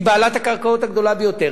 היא בעלת הקרקעות הגדולה ביותר,